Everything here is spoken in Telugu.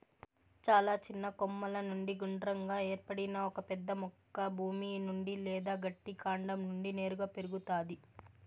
చాలా చిన్న కొమ్మల నుండి గుండ్రంగా ఏర్పడిన ఒక పెద్ద మొక్క భూమి నుండి లేదా గట్టి కాండం నుండి నేరుగా పెరుగుతాది